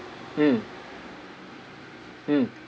mm mm